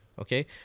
Okay